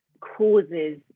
causes